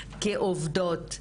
כעובדות,